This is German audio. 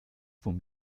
von